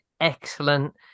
excellent